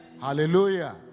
Hallelujah